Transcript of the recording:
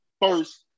first